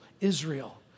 Israel